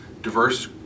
diverse